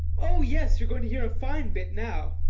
oh yes, you're going to hear a fine bit now.